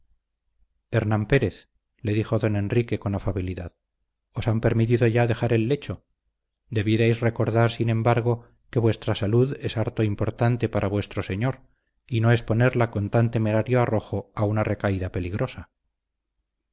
hernán pérez le dijo don enrique con afabilidad os han permitido ya dejar el lecho debierais recordar sin embargo que vuestra salud es harto importante para vuestro señor y no exponerla con tan temerario arrojo a una recaída peligrosa